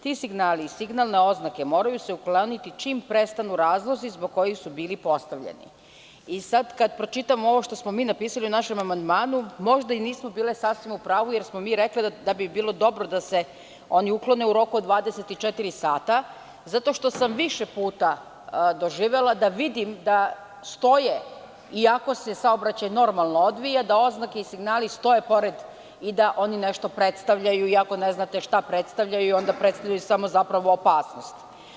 Ti signali i signalne oznake moraju se ukloniti čim prestanu razlozi zbog kojih su bili postavljeni“ i sad kad pročitamo ovo što smo mi napisali u našem amandmanu, možda i nismo bile sasvim u pravu, jer smo mi rekle da bi bilo dobro da se oni uklone u roku od 24 sata zato što sam više puta doživela da vidim da stoje, iako se saobraćaj normalno odvija, da oznake i signali stoje pored i da oni nešto predstavljaju, iako ne znate šta predstavljaju i onda predstavljaju samo zapravo opasnost.